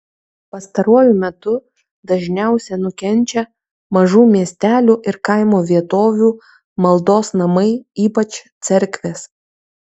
pastaruoju metu dažniausia nukenčia mažų miestelių ir kaimo vietovių maldos namai ypač cerkvės